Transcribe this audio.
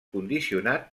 condicionat